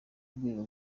k’urwego